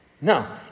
No